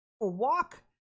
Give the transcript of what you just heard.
walk